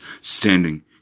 standing